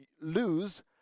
lose